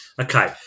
Okay